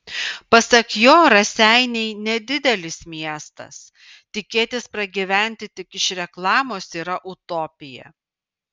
pasak jo raseiniai nedidelis miestas tikėtis pragyventi tik iš reklamos yra utopija